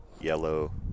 yellow